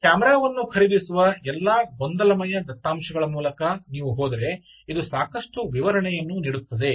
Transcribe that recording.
ಕ್ಯಾಮೆರಾವನ್ನು ಖರೀದಿಸುವ ಎಲ್ಲಾ ಗೊಂದಲಮಯ ದತ್ತಾಂಶಗಳ ಮೂಲಕ ನೀವು ಹೋದರೆ ಇದು ಸಾಕಷ್ಟು ವಿವರಣೆಯನ್ನು ನೀಡುತ್ತದೆ